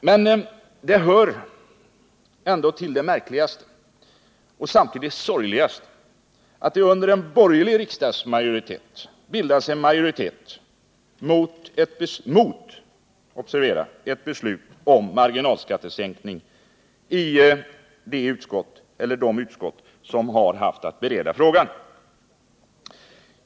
Men det hör ändå till det märkligaste — och samtidigt sorgligaste — att det under en borgerlig riksdagsmajoritet bildats en majoritet mor ett beslut om marginalskattesänkning i de utskott som har haft att bereda frågan.